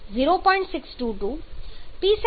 10